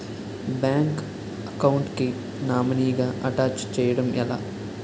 Bank account కి nominee గా attach చేయడం ఎలా?